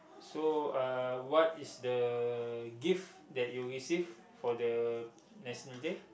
so uh what is the gift that you received for the National-Day